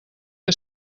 que